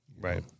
Right